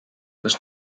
was